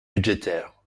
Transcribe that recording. budgétaires